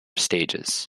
stages